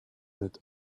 not